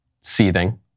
seething